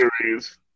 series